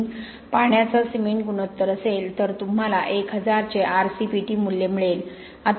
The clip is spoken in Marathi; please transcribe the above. ३ पाण्याचा सिमेंट गुणोत्तर असेल तर तुम्हाला १००० चे आरसीपीटी मूल्य मिळेल